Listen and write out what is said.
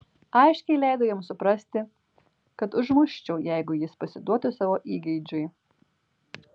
aiškiai leidau jam suprasti kad užmuščiau jeigu jis pasiduotų savo įgeidžiui